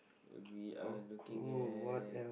we are looking at